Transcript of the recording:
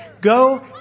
go